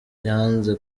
yanze